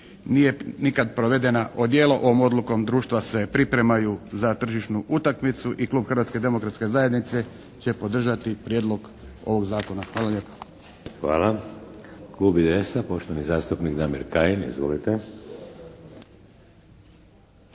nije nikad provedena u djelo. Ovom odlukom društva se pripremaju za tržišnu utakmicu. I klub Hrvatske demokratske zajednice će podržati prijedlog ovog zakona. Hvala lijepo. **Šeks, Vladimir (HDZ)** Hvala. Klub IDS-a, poštovani zastupnik Damir Kajin. Izvolite.